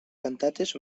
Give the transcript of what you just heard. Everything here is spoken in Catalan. cantates